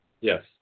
Yes